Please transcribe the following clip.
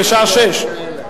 בשעה 18:00?